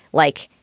like,